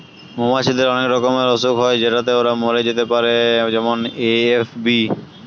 মৌমাছিদের অনেক রকমের অসুখ হয় যেটাতে ওরা মরে যেতে পারে যেমন এ.এফ.বি